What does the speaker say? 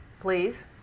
Please